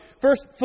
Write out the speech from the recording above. First